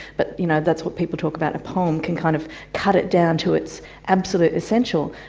but you know that's what people talk about, a poem can kind of cut it down to its absolute essential.